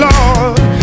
Lord